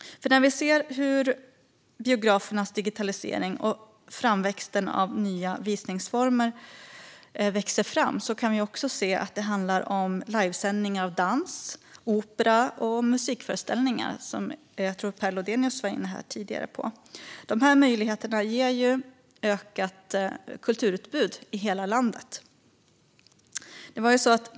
När vi ser hur biografernas digitalisering och nya visningsformer växer fram kan vi också se att det handlar om livesändningar av dans, opera och musikföreställningar, som jag tror att Per Lodenius var inne på här tidigare. Dessa möjligheter ger ett ökat kulturbud i hela landet.